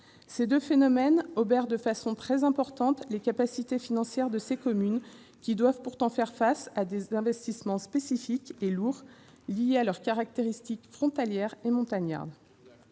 Ces deux phénomènes obèrent de façon très importante les capacités financières des communes concernées, qui doivent pourtant assumer des investissements spécifiques et lourds liés à leurs caractéristiques frontalières et montagnardes.